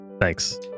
Thanks